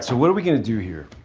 so what are we going to do here.